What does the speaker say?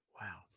wow